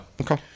Okay